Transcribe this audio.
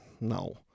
No